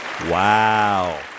Wow